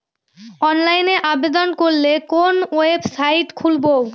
অনলাইনে আবেদন করলে কোন ওয়েবসাইট খুলব?